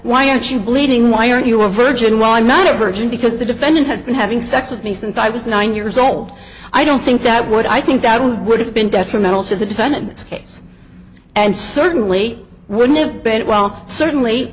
why aren't you bleeding why are you a virgin while i'm not a virgin because the defendant has been having sex with me since i was nine years old i don't think that would i think that would have been detrimental to the defendant's case and certainly wouldn't have been well certainly